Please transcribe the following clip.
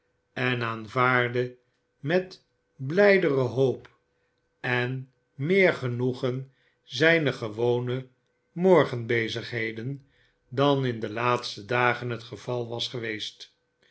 en aanvaardde met blijdere hoop en meer genoegen zijne gewone morgenbezigheden dan in de laatste dagen het geval was geweest